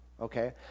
Okay